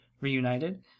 reunited